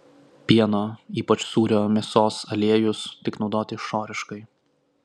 pieno ypač sūrio mėsos aliejus tik naudoti išoriškai